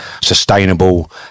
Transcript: sustainable